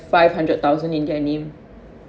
five hundred thousand in their name